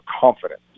confidence